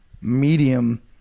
medium